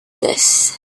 this